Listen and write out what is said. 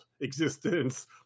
existence